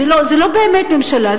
זה לא באמת ממשלה,